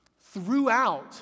throughout